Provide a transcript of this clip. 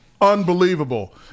unbelievable